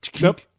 Nope